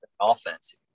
offense